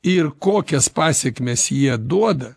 ir kokias pasekmes jie duoda